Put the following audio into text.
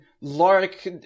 Lark